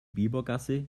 biebergasse